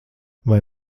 vai